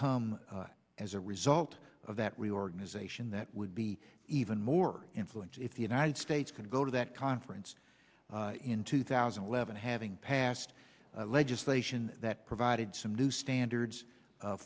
come as a result of that reorganization that would be even more influence if the united states could go to that conference in two thousand and eleven having passed legislation that provided some new standards